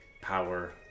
power